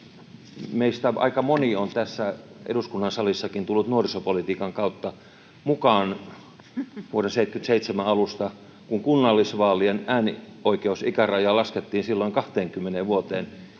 Meistä aika moni on tässä eduskunnan salissakin tullut nuorisopolitiikan kautta mukaan. Vuoden 77 alusta, kun kunnallisvaalien äänioikeusikärajaa laskettiin 20 vuoteen,